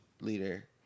leader